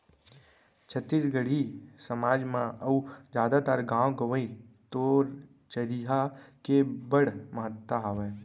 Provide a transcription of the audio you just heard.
छत्तीसगढ़ी समाज म अउ जादातर गॉंव गँवई तो चरिहा के बड़ महत्ता हावय